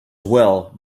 well